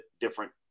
different